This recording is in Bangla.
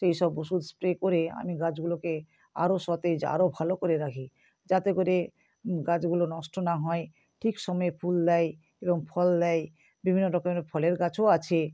সেই সব ওষুধ স্প্রে করে আমি গাছগুলোকে আরও সতেজ আরও ভালো করে রাখি যাতে করে গাছগুলো নষ্ট না হয় ঠিক সময়ে ফুল দেয় এবং ফল দেয় বিভিন্ন রকমের ফলের গাছও আছে